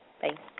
Thanks